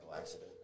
accident